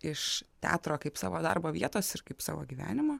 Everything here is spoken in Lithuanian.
iš teatro kaip savo darbo vietos ir kaip savo gyvenimo